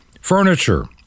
furniture